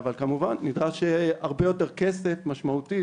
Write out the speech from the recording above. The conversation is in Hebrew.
אבל כמובן נדרש הרבה יותר כסף משמעותי,